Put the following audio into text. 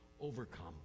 overcome